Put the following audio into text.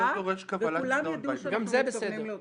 גם זה בסדר.